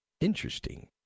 Interesting